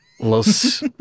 Los